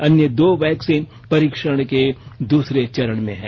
अन्य दो वैक्सीन परीक्षण के दूसरे चरण में हैं